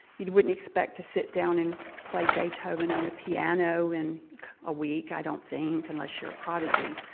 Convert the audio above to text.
you wouldn't expect to sit down and play beethoven on the piano in a week, i don't think, unless you're a prodigy.